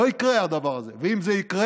לא יקרה הדבר הזה, ואם זה יקרה,